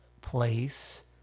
place